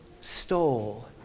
stole